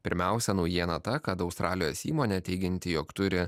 pirmiausia naujiena ta kad australijos įmonė teigianti jog turi